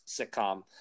sitcom